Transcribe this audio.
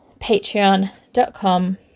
patreon.com